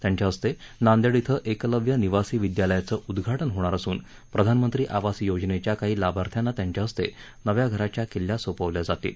त्यांच्याहस्ते नांदेड धिं एकलव्य निवासी विद्यालयाचं उद्घाटन होणार असून प्रधानमंत्री आवास योजनेच्या काही लाभार्थ्यांना त्यांच्या हस्ते नव्या घराच्या किल्ल्या सोपवल्या जातील